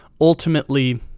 ultimately